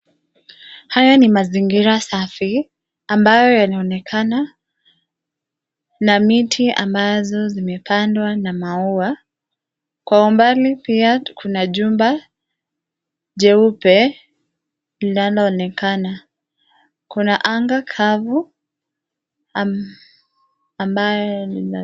Haya ni mazingira safi ambayo yanaonekana na miti ambazo zimepandwa na maua. Kwa umbali pia kuna jumba jeupe linaloonekana. Kuna anga kavu .